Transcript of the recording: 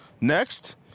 Next